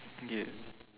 yeah